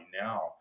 now